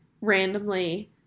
randomly